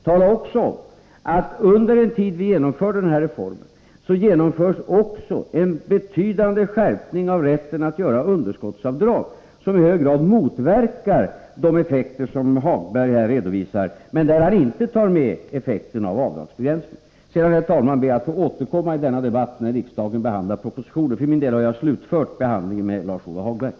Tala också om att under den tid som vi genomför den här reformen genomförs också en betydande skärpning av rätten att göra underskottsavdrag, vilket i hög grad motverkar de effekter som Lars-Ove Hagberg redovisade. Effekterna av avdragsbegränsningen tar han alltså inte med. Sedan, herr talman, ber jag att få återkomma till den här frågan när riksdagen har att behandla propositionen. För min del har jag slutfört debatten med Lars-Ove Hagberg.